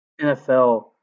NFL